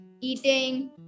eating